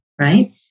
right